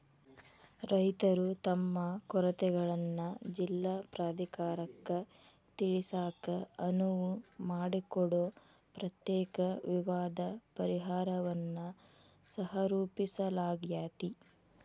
ರೈತರು ತಮ್ಮ ಕೊರತೆಗಳನ್ನ ಜಿಲ್ಲಾ ಪ್ರಾಧಿಕಾರಕ್ಕ ತಿಳಿಸಾಕ ಅನುವು ಮಾಡಿಕೊಡೊ ಪ್ರತ್ಯೇಕ ವಿವಾದ ಪರಿಹಾರನ್ನ ಸಹರೂಪಿಸಲಾಗ್ಯಾತಿ